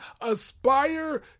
aspire